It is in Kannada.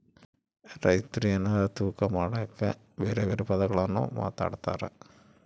ರೈತ್ರು ಎನಾರ ತೂಕ ಮಾಡಕ ಬೆರೆ ಬೆರೆ ಪದಗುಳ್ನ ಮಾತಾಡ್ತಾರಾ